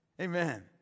amen